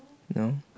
no